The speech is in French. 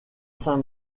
saint